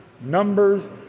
numbers